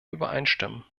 übereinstimmen